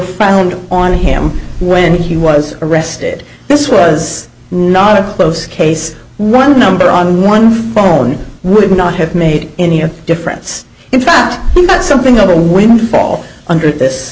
found on him when he was arrested this was not a close case one number on one phone would not have made any difference in fact that something other women fall under this